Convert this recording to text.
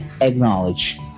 acknowledge